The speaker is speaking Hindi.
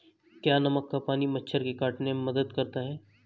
क्या नमक का पानी मच्छर के काटने में मदद करता है?